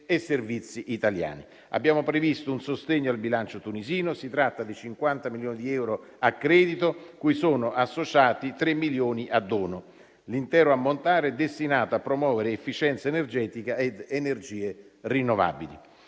e servizi italiani. Abbiamo previsto un sostegno al bilancio tunisino. Si tratta di 50 milioni di euro a credito, cui sono associati 3 milioni a dono. L'intero ammontare è destinato a promuovere efficienza energetica ed energie rinnovabili.